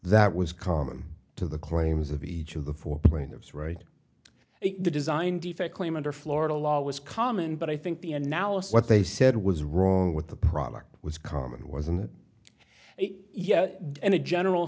that was common to the claims of each of the four plaintiffs right the design defect claim under florida law was common but i think the analysis what they said was wrong with the product was common wasn't it yet in a general